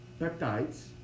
peptides